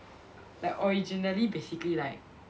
like originally basically like